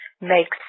makes